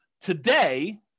Today